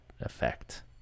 effect